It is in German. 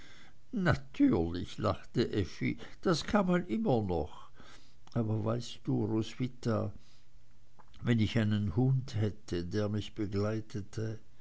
natürlich lachte effi das kann man immer noch aber weißt du roswitha wenn ich einen hund hätte der mich begleitete